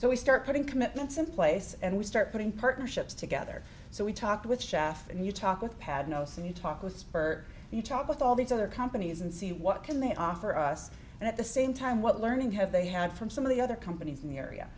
so we start putting commitments in place and we start putting partnerships together so we talked with jeff and you talk with pad know some you talk with her you talk with all these other companies and see what can they offer us and at the same time what learning have they had from some of the other companies in the area